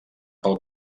pel